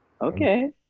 okay